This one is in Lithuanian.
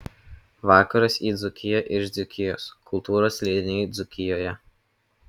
vakaras į dzūkiją iš dzūkijos kultūros leidiniai dzūkijoje